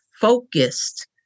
focused